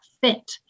fit